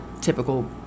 typical